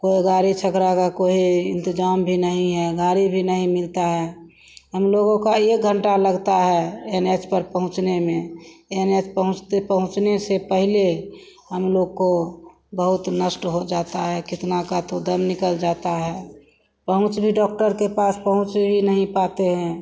कोई गाड़ी छकरा का कोई इन्तज़ाम भी नहीं है गाड़ी भी नहीं मिलती है हमलोगों को एक घन्टा लगता है एन एच पर पहुँचने में एन एच पहुँचते पहुँचने से पहले हमलोग को बहुत नष्ट हो जाता है कितने का तो दम निकल जाता है पहुँच भी डॉक्टर के पास पहुँच भी नहीं पाते हैं